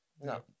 no